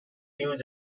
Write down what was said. new